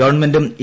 ഗവൺമെന്റും ഇ